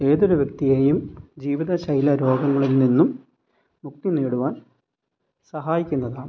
ഏതൊരു വ്യക്തിയെയും ജീവിത ശൈലി രോഗങ്ങളിൽ നിന്നും മുക്തി നേടുവാൻ സഹായിക്കുന്നതാണ്